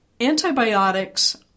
antibiotics